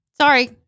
Sorry